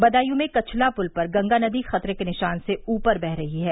बदायूं में कछला पुल पर गंगा नदी खतरे के निशान से ऊपर बह रही हैं